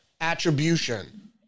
attribution